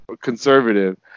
conservative